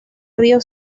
río